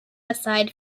aside